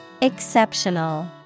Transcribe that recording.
Exceptional